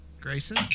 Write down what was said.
Grayson